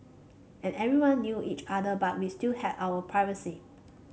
and everyone knew each other but we still had our privacy